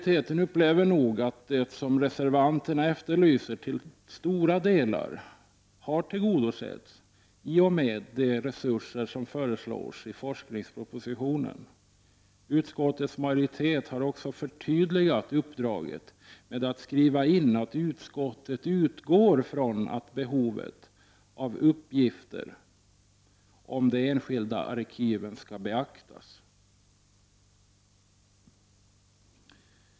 1989/90:131 delar har tillgodosetts i och med de resurser som föreslås i forskningspropositionen. Utskottets majoritet har också förtydligat uppdraget med att skriva in att utskottet utgår från att behovet av uppgifter om de enskilda arkiven skall beaktas.